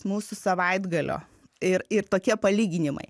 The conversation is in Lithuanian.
mūsų savaitgalio ir ir tokie palyginimai